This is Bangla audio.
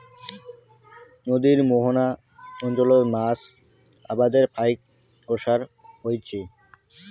নদীর মোহনা অঞ্চলত মাছ আবাদের ফাইক ওসার হইচে